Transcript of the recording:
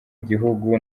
gihugu